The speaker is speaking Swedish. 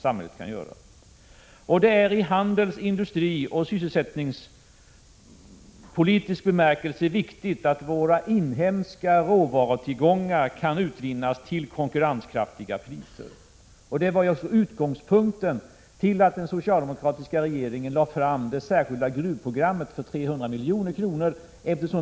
Det är i handels-, industrioch sysselsättningspolitisk bemärkelse viktigt att våra inhemska råvarutillgångar kan utvinnas till konkurrenskraftiga priser. Detta var utgångspunkten för den socialdemokratiska regeringen när den lade fram det särskilda gruvprogrammet på 300 milj.kr.